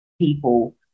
people